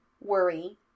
worry